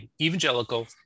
evangelical